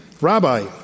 Rabbi